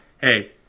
hey